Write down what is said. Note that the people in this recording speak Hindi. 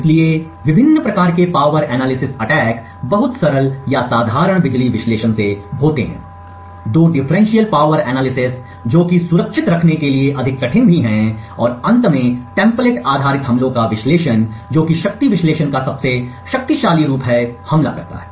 इसलिए विभिन्न प्रकार के पावर एनालिसिस अटैक बहुत सरल या साधारण बिजली विश्लेषण से होते हैं दो डिफरेंशियल पावर एनालिसिस जो कि सुरक्षित रखने के लिए अधिक कठिन भी है और अंत में टेम्पलेट आधारित हमलों का विश्लेषण जो कि शक्ति विश्लेषण का सबसे शक्तिशाली रूप है हमला करता है